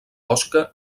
osca